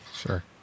Sure